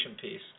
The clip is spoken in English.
piece